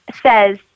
says